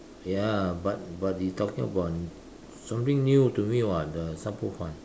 ya but but you're talking about something new to me [what] the Sha-Bo-Fan